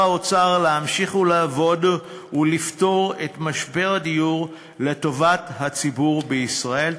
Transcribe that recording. האוצר להמשיך לעבוד ולפתור את משבר הדיור לטובת הציבור בישראל.